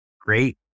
great